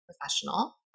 professional